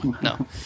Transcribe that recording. No